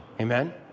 Amen